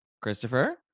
Christopher